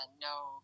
no